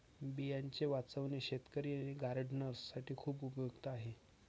बियांचे वाचवणे शेतकरी आणि गार्डनर्स साठी खूप उपयुक्त आहे